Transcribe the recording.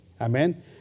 Amen